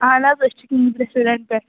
اَہَن حظ أسۍ چھِ کِنٚگٕس ریسٹورینٹ پیٚٹھ